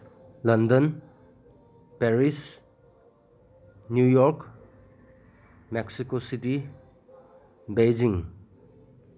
London Paris New York Mexico city Beijing